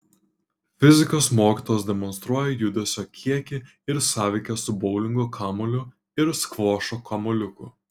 fizikos mokytojas demonstruoja judesio kiekį ir sąveiką su boulingo kamuoliu ir skvošo kamuoliuku